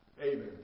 Amen